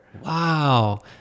Wow